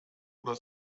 oder